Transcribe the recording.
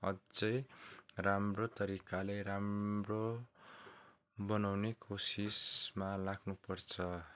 अझै राम्रो तरिकाले राम्रो बनाउने कोसिसमा लाग्नुपर्छ